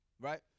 right